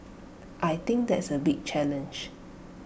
I think that's A big challenge